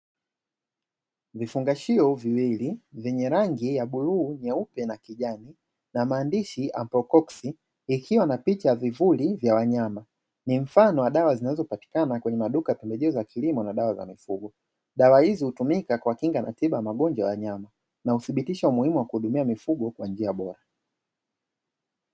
Vifungashio viwili vyenye rangi ya bluu, nyeupe na kijani, na maandishi "amprokoksi", ikiwa na picha ya vivuli vya wanyama, ni mfano wa dawa zinazopatikana kwenye maduka ya pembejeo za kilimo na dawa za mifugo, dawa hizi hutumika kwa kuwakinga na tiba na magonjwa ya wanyama na husibitisha umuhimu wa kuhudumia mifugo kwa njia bora.